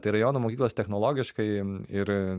tai rajono mokyklos technologiškai ir